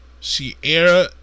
Sierra